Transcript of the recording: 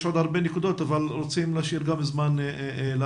יש עוד הרבה נקודות אבל אנחנו רוצים להשאיר זמן גם לאחרים.